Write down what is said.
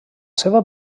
seva